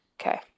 Okay